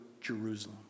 Jerusalem